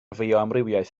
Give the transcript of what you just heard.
fioamrywiaeth